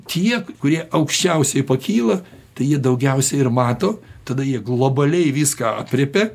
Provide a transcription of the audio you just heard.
tie kurie aukščiausiai pakyla tai jie daugiausiai ir mato tada jie globaliai viską aprėpia